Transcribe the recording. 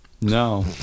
No